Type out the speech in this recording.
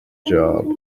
job